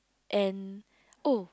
and oh